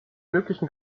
möglichen